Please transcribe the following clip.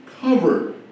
covered